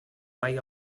mai